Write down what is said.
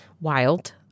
wild